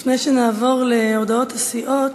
לפני שנעבור להודעות הסיעות,